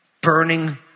burning